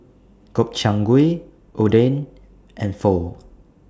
Gobchang Gui Oden and Pho